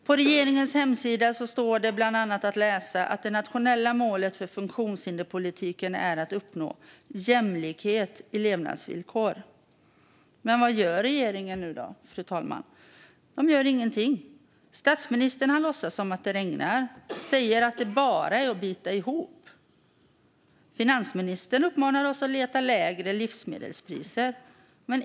På regeringens hemsida står det bland annat att läsa att det nationella målet för funktionshinderspolitiken är att uppnå jämlikhet i levnadsvillkor. Men vad gör regeringen, fru talman? Den gör ingenting. Statsministern låtsas som om det regnar och säger att det bara är att bita ihop. Finansministern uppmanar oss att leta efter lägre livsmedelspriser.